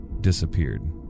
disappeared